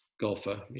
golfer